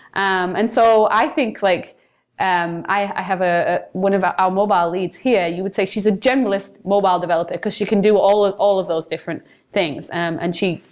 um and so i like um i have ah one of our um mobile leads here, you would say she's a generalist mobile developer, because she can do all of all of those different things. and and she,